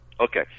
Okay